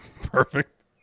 Perfect